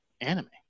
anime